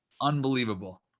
Unbelievable